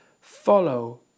follow